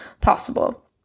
possible